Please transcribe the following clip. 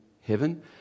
Heaven